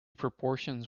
proportions